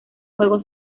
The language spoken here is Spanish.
juego